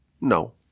No